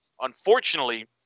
unfortunately